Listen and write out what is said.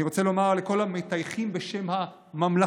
אני רוצה לומר לכל המטייחים בשם הממלכתיות: